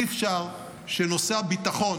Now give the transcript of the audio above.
אי-אפשר שנושא הביטחון,